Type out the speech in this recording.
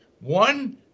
One